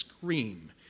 scream